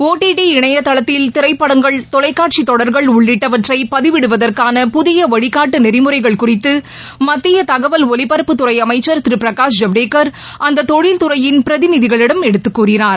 ஒடிடி இணையதளத்தில் திரைப்படங்கள் தொலைக்காட்சி தொடர்கள் உள்ளிட்டவற்றை பதிவிடுவதற்கான புதிய வழினட்டு நெறிமுறைகள் குறித்து மத்திய தகவல் ஒலிபரப்புத் துறை அமைச்சர் திரு பிரனஷ் ஜவடேஷ் அந்த தொழில்துறையின் பிரதிநிதிகளிடம் எடுத்துக் கூறினார்